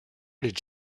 did